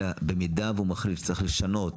אלא במידה שהוא מחליף צריך לשנות,